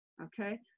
Okay